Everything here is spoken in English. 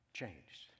changed